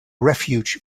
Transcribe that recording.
refuge